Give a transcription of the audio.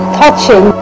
touching